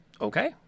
Okay